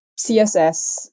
CSS